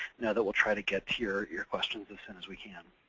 know that we'll try to get to your your questions as soon as we can.